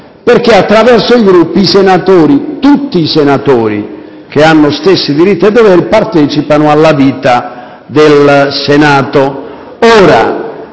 perché, attraverso i Gruppi, i senatori, tutti i senatori, che hanno stessi diritti e doveri, partecipano alla vita del Senato.